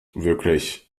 wirklich